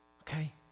okay